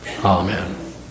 Amen